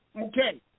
okay